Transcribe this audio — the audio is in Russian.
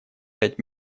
пять